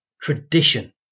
tradition